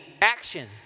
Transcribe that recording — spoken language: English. action